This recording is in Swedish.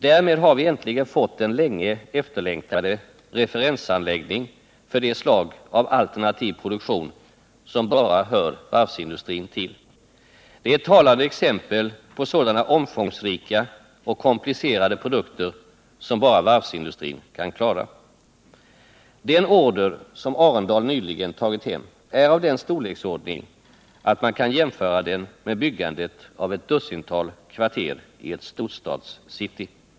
Därmed har vi äntligen fått den länge efterlängtade referens anläggningen för det slag av alternativ produktion som bara hör varvsindustrin till. Det är ett talande exempel på sådana omfångsrika och komplicerade produkter som bara varvsindustrin kan klara. Den order som Arendal nyligen tagit hem är av den storleksordningen att man kan jämföra den med byggandet av ett dussintal kvarter i ett storstadscity.